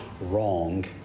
wrong